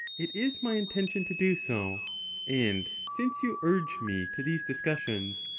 it is my intention to do so and since you urge me to these discussions,